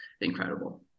incredible